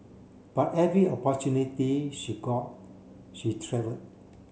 but every opportunity she got she travelled